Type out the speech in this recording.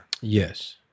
Yes